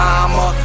Mama